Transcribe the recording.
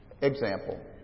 Example